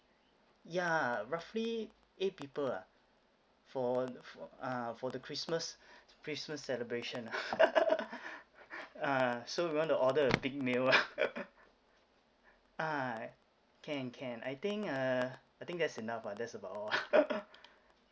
yeah roughly eight people ah for ah for the christmas christmas celebration ah so we want to order a big meal ah ah can can I think uh I think that's enough ah that's about all